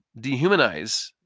dehumanize